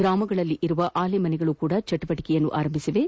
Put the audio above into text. ಗ್ರಾಮಗಳಲ್ಲಿರುವ ಆಲೆಮನೆಗಳು ಸಹ ಚಟುವಟಕೆ ಆರಂಭಿಸಿವೆ